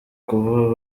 kuba